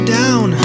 down